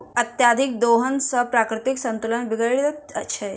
अत्यधिक दोहन सॅ प्राकृतिक संतुलन बिगड़ैत छै